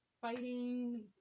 fighting